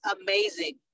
amazing